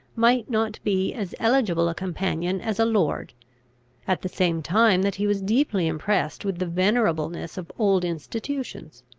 might not be as eligible a companion as a lord at the same time that he was deeply impressed with the venerableness of old institutions.